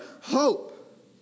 hope